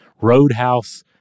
Roadhouse